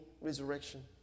resurrection